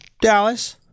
Dallas